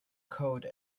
code